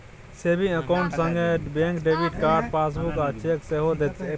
saving account संगे bank debit card, passbook आ cheque सेहो दैत छै